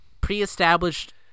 pre-established